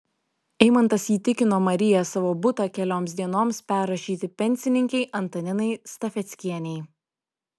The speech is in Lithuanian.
eimantas įtikino mariją savo butą kelioms dienoms perrašyti pensininkei antaninai stafeckienei